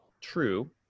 True